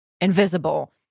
invisible